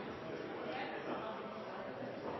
sjøl har jeg